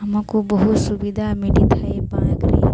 ଆମକୁ ବହୁ ସୁବିଧା ମିଳିଥାଏ ବ୍ୟାଙ୍କରେ